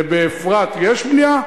ובאפרת יש בנייה?